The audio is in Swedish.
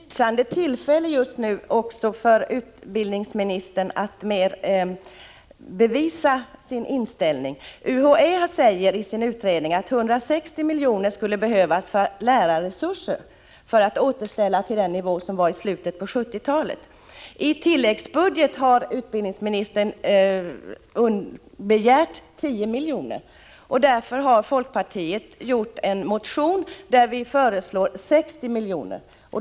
Herr talman! Det här är ett lysande tillfälle för utbildningsministern att bevisa sin inställning. UHÄ säger i sin utredning att det för att återställa 1970-talets nivå skulle behövas 160 miljoner för lärarresurser. I tilläggsbudget har utbildningsministern begärt 10 miljoner, och därför har folkpartiet väckt en motion där vi föreslår 60 miljoner.